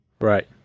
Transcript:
Right